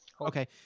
Okay